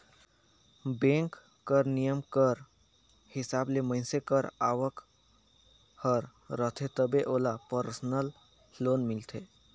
bank कर नियम कर हिसाब ले मइनसे कर आवक हर रहथे तबे ओला परसनल लोन मिलथे